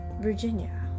Virginia